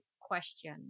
question